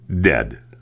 dead